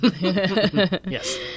Yes